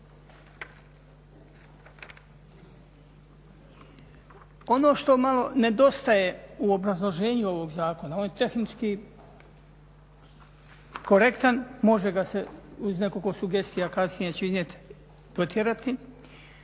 Ono što malo nedostaje u obrazloženju ovog zakona, on je tehnički korektan, može ga se uz nekoliko sugestija kasnije ću iznijeti dotjerati